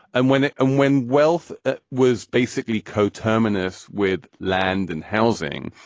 and when ah and when wealth was basically coterminous with land and housing,